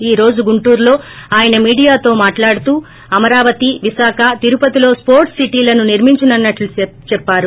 ఈ రోజు గుంటూరులో ఆయన మీడియాతో మాట్లాడుతూ అమరావతి విశాఖ తిరుపతిలో స్పోర్ట్స్ సిటీలను నిర్మించనున్నట్లు చెప్పారు